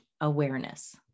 awareness